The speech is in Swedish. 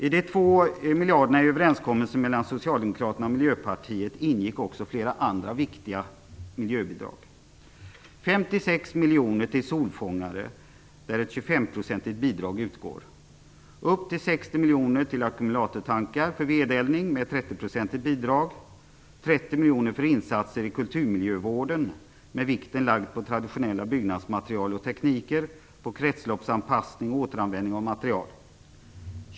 I de 2 miljarder kronorna i överenskommelsen mellan Socialdemokraterna och Miljöpartiet ingick också flera andra viktiga miljöbidrag: 56 miljoner kronor till solfångare, med ett bidrag på 25 %, upp till 60 miljoner kronor till ackumulatortankar för vedeldning, med ett bidrag på 30 %, och 30 miljoner kronor till insatser i kulturmiljövården med vikten lagd på traditionella byggnadsmaterial och på traditionella tekniker samt på kretsloppsanpassning och återanvändning av material.